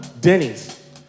Denny's